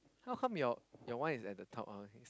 how come your your one is at the top ah